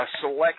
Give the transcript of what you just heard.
select